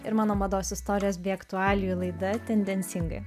ir mano mados istorijos bei aktualijų laida tendencingai